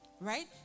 Right